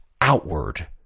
outward